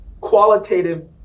qualitative